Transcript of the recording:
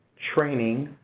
training,